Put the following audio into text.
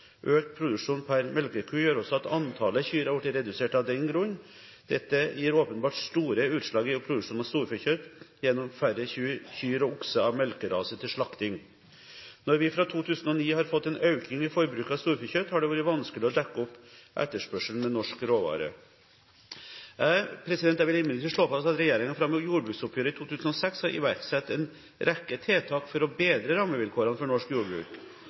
Økt produksjon per melkeku gjør også at antallet kyr har blitt redusert. Dette gir åpenbart store utslag i produksjonen av storfekjøtt gjennom færre kyr og okser av melkerase til slakting. Når vi fra 2009 har fått en økning i forbruket av storfekjøtt, har det vært vanskelig å dekke opp etterspørselen med norsk råvare. Jeg vil imidlertid slå fast at regjeringen fra og med jordbruksoppgjøret i 2006 har iverksatt en rekke tiltak for å bedre rammevilkårene for norsk jordbruk.